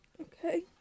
Okay